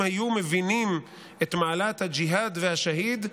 היו מבינים את מעלת הג'יהאד והשהיד,